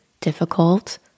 difficult